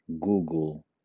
Google